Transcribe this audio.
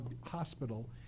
Hospital